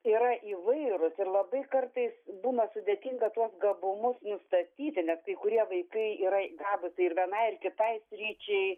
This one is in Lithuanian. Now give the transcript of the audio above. yra įvairūs ir labai kartais būna sudėtinga tuos gabumus nustatyti nes kai kurie vaikai yra gabūs vienai ir kitai sričiai